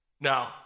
Now